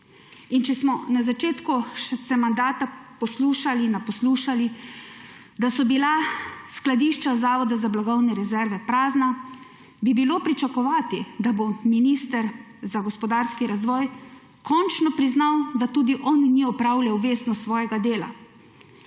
Če smo se na začetku mandata naposlušali, da so bila skladišča Zavoda za blagovne rezerve prazna, bi bilo pričakovati, da bo minister za gospodarski razvoj končno priznal, da tudi on ni opravljal vestno svojega dela.